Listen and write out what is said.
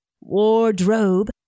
Wardrobe